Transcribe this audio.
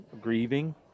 grieving